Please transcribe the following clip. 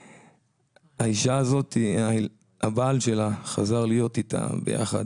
שהאישה הזאת, הבעל שלה חזר להיות איתה ביחד